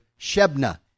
Shebna